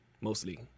Mostly